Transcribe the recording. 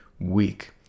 week